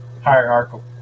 hierarchical